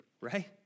right